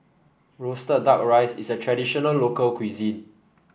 roasted duck rice is a traditional local cuisine